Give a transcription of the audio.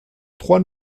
trois